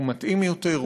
הוא מתאים יותר,